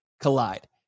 collide